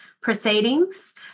proceedings